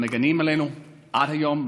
שמגינים עלינו עד היום,